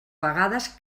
vegades